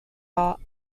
art